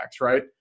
right